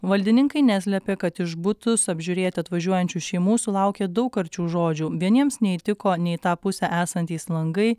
valdininkai neslepia kad iš butus apžiūrėti atvažiuojančių šeimų sulaukia daug karčių žodžių vieniems neįtiko ne į tą pusę esantys langai